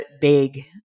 big